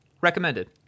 recommended